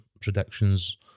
predictions